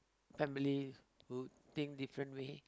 families who think different way